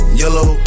yellow